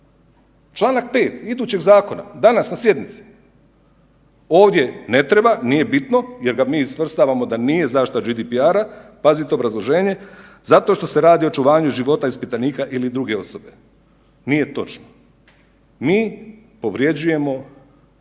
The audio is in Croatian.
čl. 5. idućeg zakona danas na sjednici. Ovdje ne treba nije bitno jer ga mi svrstavamo da nije zaštita GDPR-a, pazite obrazloženje, zato što se radi o očuvanju života ispitanika ili druge osobe. Nije točno. Mi povrjeđujemo GDPR